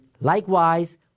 likewise